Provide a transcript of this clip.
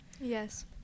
Yes